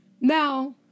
Now